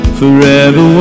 forever